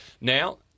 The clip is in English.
Now